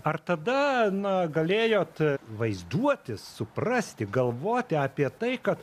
ar tada na galėjot vaizduotis suprasti galvoti apie tai kad